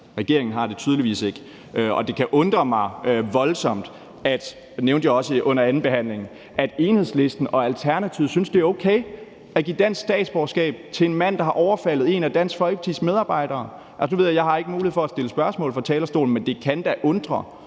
– det nævnte jeg også under andenbehandlingen – at Enhedslisten og Alternativet synes, det er okay at give dansk statsborgerskab til en mand, der har overfaldet en af Dansk Folkepartis medarbejdere. Jeg har ikke mulighed for at stille spørgsmål fra talerstolen, men det kan da undre